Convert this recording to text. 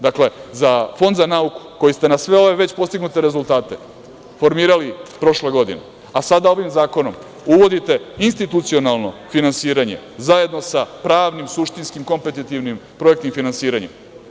Dakle, za Fond za nauku koji ste na sve ove već postignute rezultate formirali prošle godine, a sada ovim zakonom uvodite institucionalno finansiranje zajedno sa pravnim, suštinskim kompetetivnim projektnim finansiranjem.